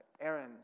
Aaron